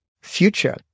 future